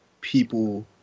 people